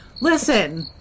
Listen